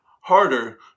Harder